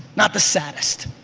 not the saddest.